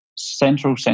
Central